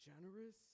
generous